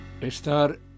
estar